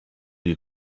die